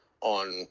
on